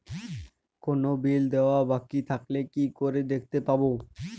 কোনো বিল দেওয়া বাকী থাকলে কি করে দেখতে পাবো?